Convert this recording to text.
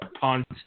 punt